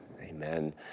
Amen